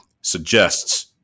suggests